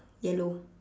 yellow